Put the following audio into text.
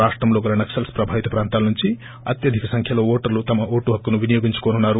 రాష్టంలో గల నక్సల్ప్ ప్రభావిత ప్రాంతాలనుంచి అత్యధిక సంఖ్యలో ఓటర్లు తమ ఓటు హక్కును వినియోగించుకోనున్నారు